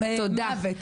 תודה.